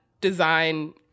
design